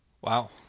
Wow